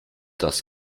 das